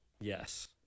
yes